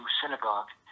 synagogue